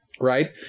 Right